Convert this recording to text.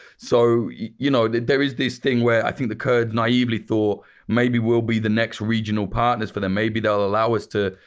so you know there is this thing where i think the kurd naively thought maybe will be the next regional partners for them, maybe they'll allow us to.